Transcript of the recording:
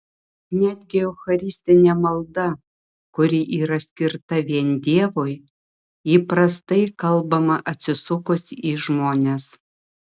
netgi eucharistinė malda kuri yra skirta vien dievui įprastai kalbama atsisukus į žmones